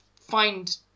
find